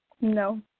No